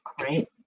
right